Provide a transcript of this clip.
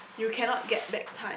you cannot get back time